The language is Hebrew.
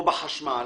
בחשמל